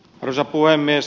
arvoisa puhemies